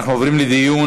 אנחנו עוברים לדיון.